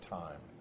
time